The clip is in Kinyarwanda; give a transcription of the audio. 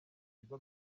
kigo